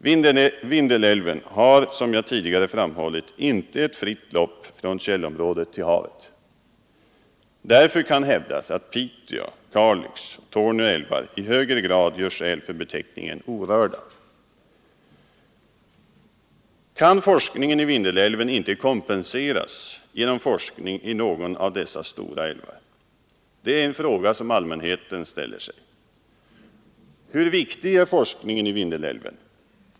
Vindelälven har, som jag tidigare framhållit, inte ett fritt lopp från källområdet till havet. Därför kan hävdas att Pite, Kalix och Torne älvar i högre grad gör skäl för beteckningen orörda. Kan forskningen i Vindelälven inte kompenseras genom forskning i någon av dessa stora älvar? Det är en fråga som allmänheten ställer sig. Hur viktig är forskningen i Vindelälven?